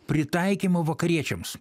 pritaikymo vakariečiams